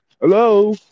Hello